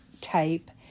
type